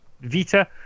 Vita